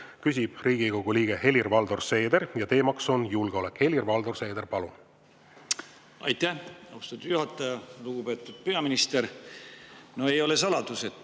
Küsib Riigikogu liige Helir-Valdor Seeder ja teema on julgeolek. Helir-Valdor Seeder, palun! Aitäh, austatud juhataja! Lugupeetud peaminister! Ei ole saladus, et